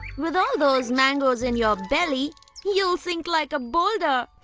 with all those mangoes in your belly you will sink like a boulder.